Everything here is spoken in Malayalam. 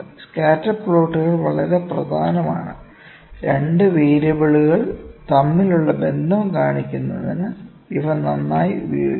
സ്കാറ്റർ പ്ലോട്ടുകൾ വളരെ പ്രധാനമാണ് 2 വേരിയബിളുകൾ തമ്മിലുള്ള ബന്ധം കാണിക്കുന്നതിന് ഇവ നന്നായി ഉപയോഗിക്കുന്നു